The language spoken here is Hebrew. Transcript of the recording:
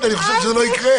אני חושב שזה לא יקרה.